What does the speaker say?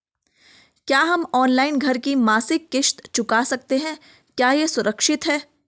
क्या हम ऑनलाइन घर की मासिक किश्त चुका सकते हैं क्या यह सुरक्षित है?